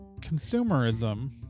Consumerism